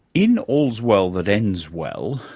in all's well that ends well,